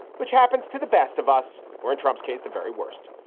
which happens to the best of us, or in trump's case, the very worst.